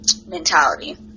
mentality